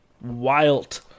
Wild